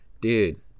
Dude